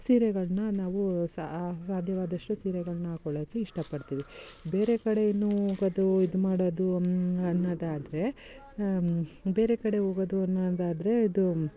ಸೀರೆಗಳನ್ನ ನಾವು ಸಾಧ್ಯವಾದಷ್ಟು ಸೀರೆಗಳನ್ನ ಹಾಕ್ಕೊಳ್ಳೋಕೆ ಇಷ್ಟಪಡ್ತೀವಿ ಬೇರೆ ಕಡೆಯೂ ಹೋಗೋದು ಇದು ಮಾಡೋದು ಅನ್ನೊದಾದರೆ ಬೇರೆ ಕಡೆ ಹೋಗೋದು ಅನ್ನೊದಾದರೆ ಅದು